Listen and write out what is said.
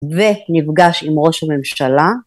ונפגש עם ראש הממשלה